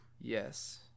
Yes